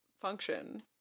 function